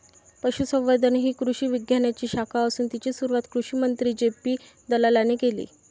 पशुसंवर्धन ही कृषी विज्ञानाची शाखा असून तिची सुरुवात कृषिमंत्री जे.पी दलालाने केले